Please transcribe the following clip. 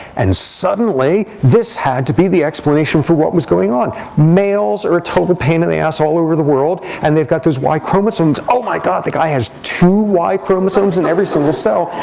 and, suddenly, this had to be the explanation for what was going on. males are a total pain in the ass all over the world. and they've got those y chromosomes. oh my god. the guy has two y chromosomes in every single cell.